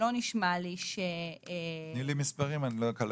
לא נשמע לי --- תני לי מספרים, לא קלטתי.